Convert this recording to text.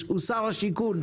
הוא שר השיכון,